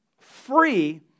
free